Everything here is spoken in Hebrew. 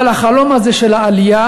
אבל החלום הזה של העלייה,